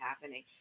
happening